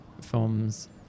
films